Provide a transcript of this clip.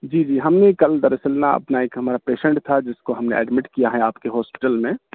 جی جی ہم نے کل در اصل نا اپنا ایک ہمارا پیشنٹ تھا جس کو ہم نے ایڈمٹ کیا ہے آپ کے ہاسپیٹل میں